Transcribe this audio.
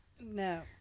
No